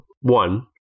one